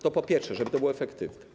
To po pierwsze, żeby to było efektywne.